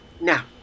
Now